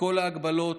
וכל ההגבלות,